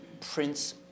Prince